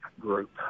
group